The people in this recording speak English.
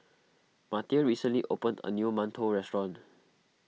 Marty a recently opened a new Mantou restaurant